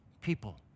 people